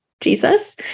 Jesus